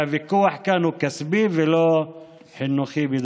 והוויכוח כאן הוא כספי ולא חינוכי-פדגוגי.